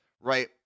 Right